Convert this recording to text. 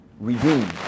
Redeem